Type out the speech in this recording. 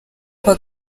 kwa